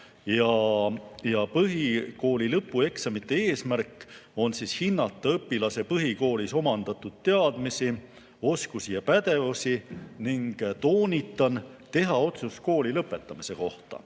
Põhikooli lõpueksamite eesmärk on hinnata õpilase põhikoolis omandatud teadmisi, oskusi ja pädevusi ning – toonitan – teha otsus kooli lõpetamise kohta.